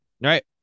right